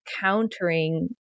countering